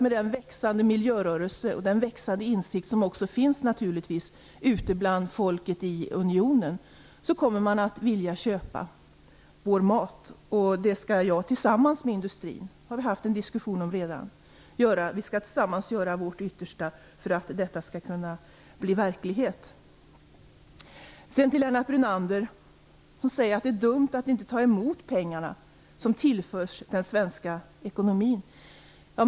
Med den växande miljörörelse och den växande insikt som givetvis också finns ute bland folket unionen kommer man att vilja köpa vår mat. Jag har redan haft en diskussion om det med industrin, och vi skall tillsammans göra vårt yttersta för att detta skall kunna bli verklighet. Lennart Brunander säger att det är dumt att inte ta emot pengar som tillförs den svenska ekonomin.